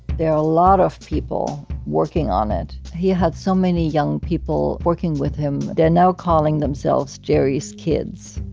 there are a lot of people working on it. he had so many young people working with him. they're now calling themselves gerry's kids,